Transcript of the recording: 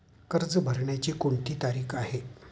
कर्ज भरण्याची कोणती तारीख आहे?